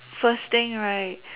first thing right